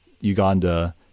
Uganda